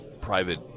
private